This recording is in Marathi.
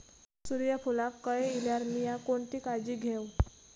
सूर्यफूलाक कळे इल्यार मीया कोणती काळजी घेव?